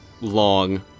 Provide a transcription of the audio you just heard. long